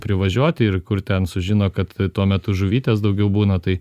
privažiuoti ir kur ten sužino kad tuo metu žuvytės daugiau būna tai